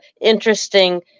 interesting